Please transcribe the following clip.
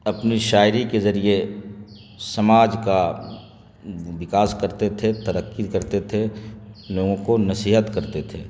اپنی شاعری کے ذریعے سماج کا وکاس کرتے تھے ترقی کرتے تھے لوگوں کو نصیحت کرتے تھے